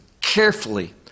carefully